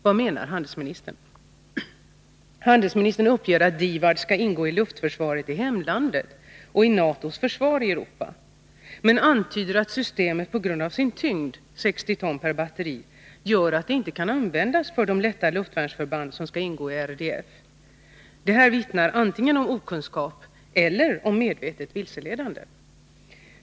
Vad menar handelsministern? Handelsministern uppger att DIVAD skall ingå i luftförsvaret i hemlandet och i NATO:s försvar i Europa men antyder att systemet på grund av sin tyngd — 60 ton per batteri — inte kan användas för de lätta luftvärnsförband som skall ingå i RDF. Detta vittnar om antingen okunskap eller medvetet vilseledande.